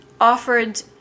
offered